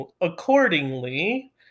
accordingly